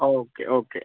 okay okay